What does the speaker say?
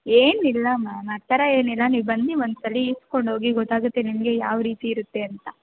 ಏನಿಲ್ಲ ಮ್ಯಾಮ್ ಆ ಥರ ಏನಿಲ್ಲ ನೀವು ಬನ್ನಿ ಒಂದ್ಸಲ ಈಸ್ಕೊಂಡು ಹೋಗಿ ಗೊತ್ತಾಗುತ್ತೆ ನಿಮಗೆ ಯಾವ ರೀತಿ ಇರುತ್ತೆ ಅಂತ